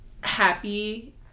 happy